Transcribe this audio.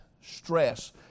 stress